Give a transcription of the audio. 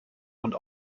und